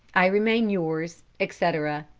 i remain yours, etc,